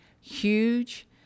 Huge